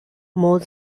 more